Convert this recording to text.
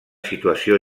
situació